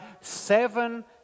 seven